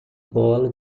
bola